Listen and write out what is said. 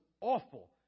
awful